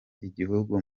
igihugu